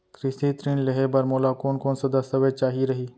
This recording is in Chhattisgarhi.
कृषि ऋण लेहे बर मोला कोन कोन स दस्तावेज चाही रही?